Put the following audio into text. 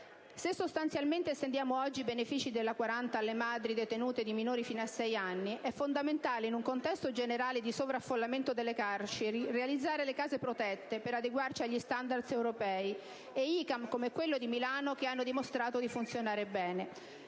Se, sostanzialmente, estendiamo oggi i benefici della legge n. 40 alle madri detenute di minori fino a 6 anni, è fondamentale, in un contesto generale di sovraffollamento delle carceri, realizzare le case protette per adeguarci agli *standard* europei e ICAM come quello di Milano, che hanno dimostrato di funzionare bene.